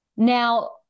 Now